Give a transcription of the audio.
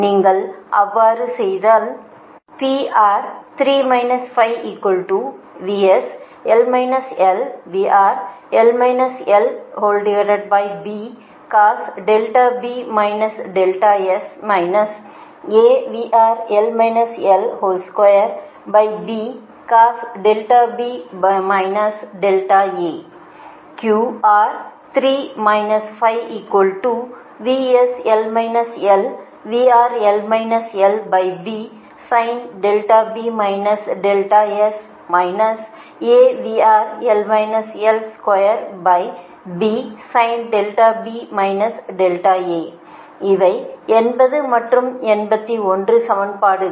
நீங்கள் அவ்வாறு செய்தால் இவை 80 மற்றும் 81 சமன்பாடுகள்